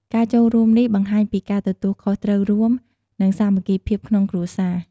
ការចូលរួមនេះបង្ហាញពីការទទួលខុសត្រូវរួម និងសាមគ្គីភាពក្នុងគ្រួសារ។